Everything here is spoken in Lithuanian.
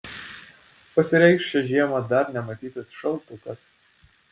pasireikš šią žiemą dar nematytas šaltukas